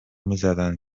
میزدن